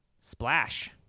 Splash